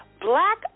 Black